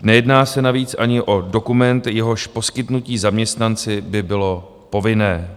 Nejedná se navíc ani o dokument, jehož poskytnutí zaměstnanci by bylo povinné.